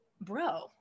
bro